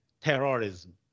terrorism